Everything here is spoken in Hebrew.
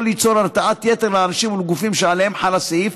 ליצור הרתעת יתר לאנשים ולגופים שעליהם חל הסעיף,